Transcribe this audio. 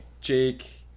Jake